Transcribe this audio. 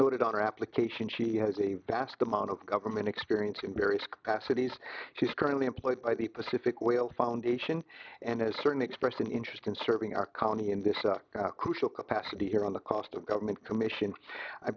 noted on her application she has a basket mount of government experience in various capacities she is currently employed by the pacific whale foundation and has certain expressed an interest in serving our county in this crucial capacity here on the cost of government commission i